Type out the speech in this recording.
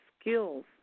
skills